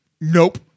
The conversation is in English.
Nope